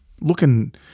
looking